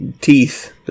teeth